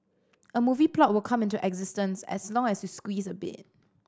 a movie plot will come into existence as long as you squeeze a bit